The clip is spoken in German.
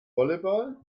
volleyball